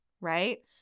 right